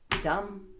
Dumb